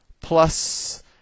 Plus